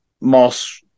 moss